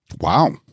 Wow